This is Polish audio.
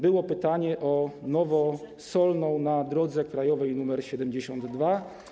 Było pytanie o Nowosolną przy drodze krajowej nr 72.